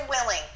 willing